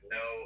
no